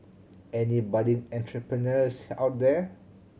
any budding entrepreneurs out there